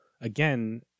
again